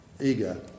eager